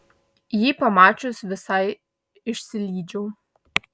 jį pamačius visai išsilydžiau